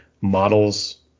models